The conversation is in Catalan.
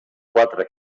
quatre